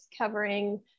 covering